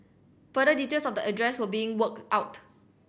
further details of the address were being worked out